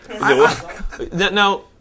Now